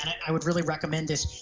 i would really recommend this,